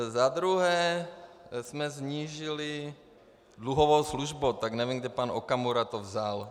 Za druhé jsme snížili dluhovou službu, tak nevím, kde to pan Okamura vzal.